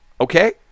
Okay